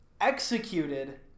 executed